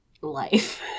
life